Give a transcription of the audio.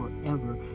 forever